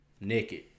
naked